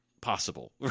Possible